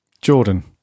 Jordan